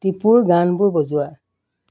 টীপুৰ গানবোৰ বজোৱা